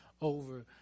over